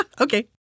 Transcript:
Okay